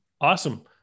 Awesome